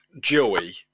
Joey